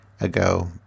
ago